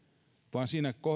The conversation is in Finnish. vaan siinä